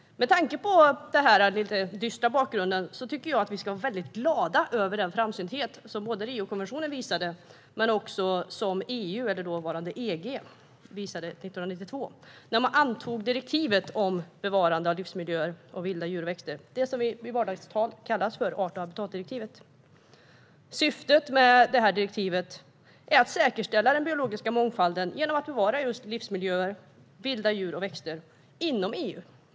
Med tanke på denna lite dystra bakgrund tycker jag att vi ska vara väldigt glada över den framsynthet som EU-kommissionen och dåvarande EG visade 1992, när man antog direktivet om bevarande av livsmiljöer samt vilda djur och växter, det som i vardagligt tal kallas för art och habitatdirektivet. Syftet med direktivet är att säkerställa den biologiska mångfalden genom att bevara livsmiljöer samt vilda djur och växter inom EU.